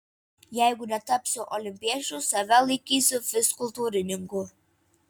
jeigu netapsiu olimpiečiu save laikysiu fizkultūrininku